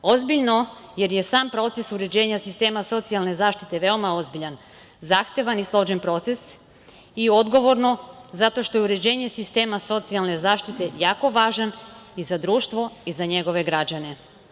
Ozbiljno jer je sam proces uređenja sistema socijalne zaštite veoma ozbiljan, zahtevan i složen proces, i odgovoran zato što je uređenje sistema socijalne zaštite jako važan i za društvo i za njegove građane.